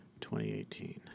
2018